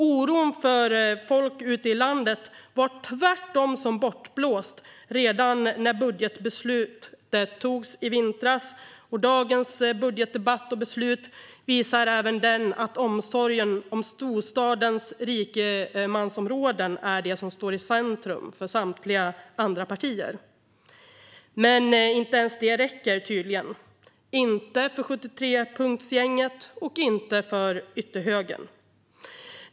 Oron för folk ute i landet var tvärtom som bortblåst redan när budgetbeslutet togs i vintras, och dagens budgetdebatt och beslut visar även de att omsorgen om storstadens rikemansområden står i centrum för samtliga andra partier. Men inte ens detta räcker tydligen - inte för 73-punktsgänget och inte för ytterhögern.